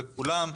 וכולם,